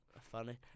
Funny